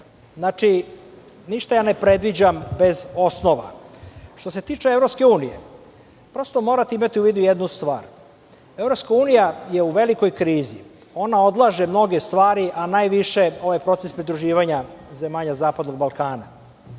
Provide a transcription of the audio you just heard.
deseti. Ništa ne predviđam bez osnova. Što se tiče EU, morate imati u vidu jednu stvar. Evropska unija je u velikoj krizi, ona odlaže mnoge stvari, najviše ovaj proces pridruživanja zemalja zapadnog Balkana.